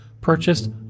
purchased